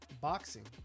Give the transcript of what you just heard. boxing